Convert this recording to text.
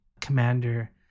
commander